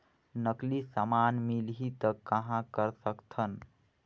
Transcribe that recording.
नकली समान मिलही त कहां कर सकथन?